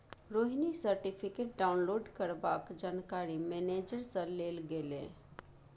Rohini certificate download करबाक जानकारी manager सँ लेल गेलै